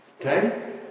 Okay